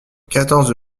quatorze